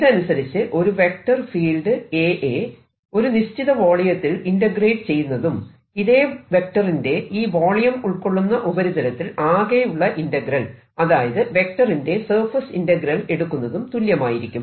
ഇതനുസരിച്ച് ഒരു vector field A യെ ഒരു നിശ്ചിത വോളിയത്തിൽ ഇന്റഗ്രേറ്റ് ചെയ്യുന്നതും ഇതേ വെക്ടറിന്റെ ഈ വോളിയം ഉൾകൊള്ളുന്ന ഉപരിതലത്തിൽ ആകെയുള്ള ഇന്റഗ്രൽ അതായത് വെക്ടറിന്റെ സർഫേസ് ഇന്റഗ്രൽ എടുക്കുന്നതും തുല്യമായിരിക്കും